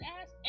ass